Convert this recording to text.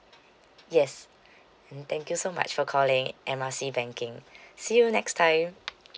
yes and thank you so much for calling M R C banking see you next time